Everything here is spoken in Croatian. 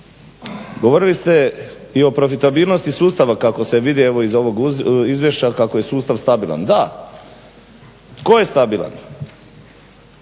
Govorili ste i o profitabilnosti sustava kako se vidi evo iz ovog Izvješća kako je sustav stabilan. Da. Tko je stabilan?